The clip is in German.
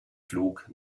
flug